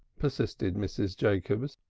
persisted mrs. jacobs.